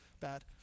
bad